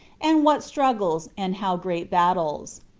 and what struggles, and how great battles,